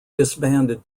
disbanded